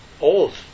old